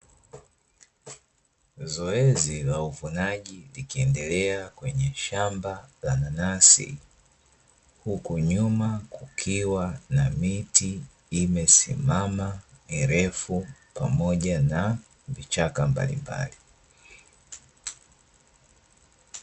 Zoezi la uvunaji likiendelea kwenye shamba la nanasi, huku nyuma kukiwa na miti imesimama, mirefu pamoja na vichaka mbalimbali.